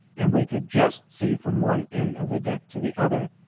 and we could just see from one end of the deck to the other.